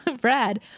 Brad